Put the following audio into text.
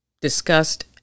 discussed